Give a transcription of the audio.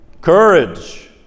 Courage